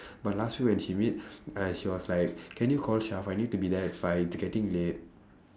but last week when she meet uh she was like can you call I need to be there at five it's getting late